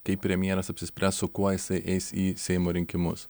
kaip premjeras apsispręs su kuo jisai eis į seimo rinkimus